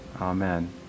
amen